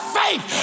faith